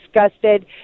disgusted